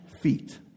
feet